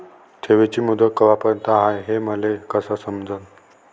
ठेवीची मुदत कवापर्यंत हाय हे मले कस समजन?